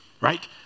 right